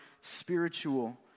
spiritual